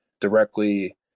directly